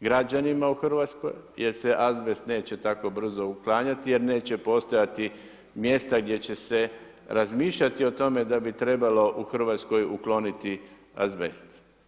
građanima u Hrvatskoj jer se azbest neće tako brzo uklanjati jer neće postojati mjesta gdje će se razmišljati o tome da bi trebalo u Hrvatskoj ukloniti azbest.